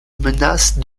menace